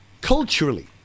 Culturally